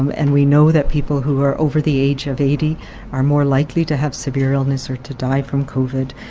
and we know that people who are over the age of eighty are more likely to have severe illness or to die from covid,